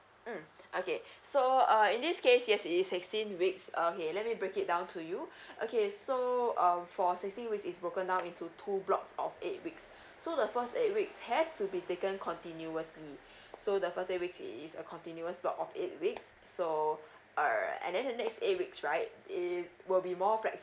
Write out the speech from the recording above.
mm okay so uh in this case yes it is sixteen weeks um okay let me break it down to you okay so um for sixteen weeks is broken up into two blocks of eight weeks so the first eight weeks has to be taken continuously so the per se is a continuous block of eight weeks so err and then there's eight weeks right they will be more flexible